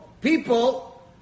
people